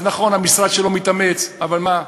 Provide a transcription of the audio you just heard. אז נכון, המשרד שלו מתאמץ, אבל מה?